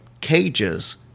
cages